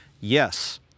yes